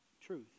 truth